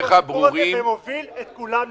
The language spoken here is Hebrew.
הסיפור הזה ומוביל את כולם לבחירות.